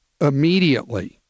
immediately